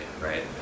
right